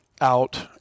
out